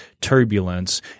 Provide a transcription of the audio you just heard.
turbulence